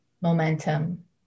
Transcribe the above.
Momentum